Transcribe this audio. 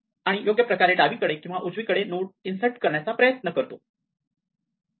आणि योग्य प्रकारे डावीकडे किंवा उजवीकडे नोड इन्सर्ट करण्याचा प्रयत्न करतो